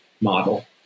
model